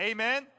Amen